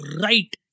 right